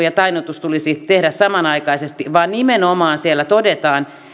ja tainnutus tulisi tehdä samanaikaisesti vaan nimenomaan siellä todetaan